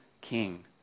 king